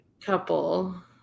couple